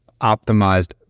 optimized